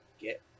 get